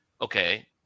okay